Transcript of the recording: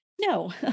No